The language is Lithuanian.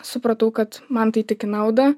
supratau kad man tai tik į naudą